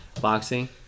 boxing